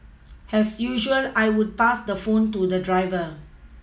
has usual I would pass the phone to the driver